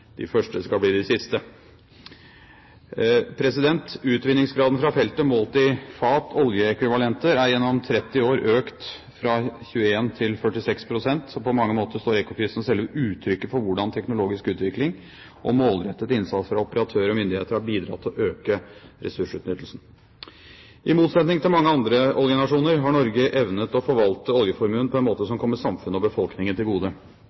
De første skal bli de siste. Utvinningsgraden fra feltet, målt i fat oljeekvivalenter, er gjennom 30 år økt fra 21 til 46 pst. På mange måter står Ekofisk som selve uttrykket for hvordan teknologisk utvikling og målrettet innsats fra operatør og myndigheter har bidratt til å øke ressursutnyttelsen. I motsetning til mange andre oljenasjoner har Norge evnet å forvalte oljeformuen på en måte som kommer samfunnet og befolkningen til gode.